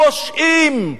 פושעים,